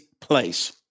place